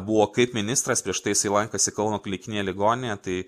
buvo kaip ministras prieš tai jisai lankėsi kauno klinikinėje ligoninėje tai